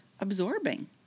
absorbing